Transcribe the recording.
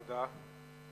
תודה.